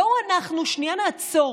בואו אנחנו שנייה נעצור,